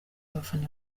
abafana